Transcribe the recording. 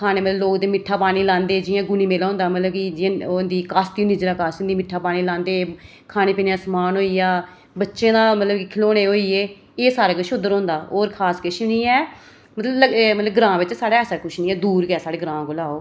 खाने ताईं लोक उत्थै मिट्ठा पानी लांदे जियां गुनी मेला होंदा मतलब कि जि'यां ओह् होंदी कास्ती होंदी निर्जला कास्ती मिट्ठा पानी लांदे खाने पीने दा समान होई गेआ बच्चे दे मतलब खढोनें होई गे एह् सारा किश उद्धर होंदा होर खास किश निं ऐ मतलब लग्गे मतलब ग्रांऽ बिच साढ़े ऐसा किश निं ऐ